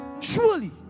Surely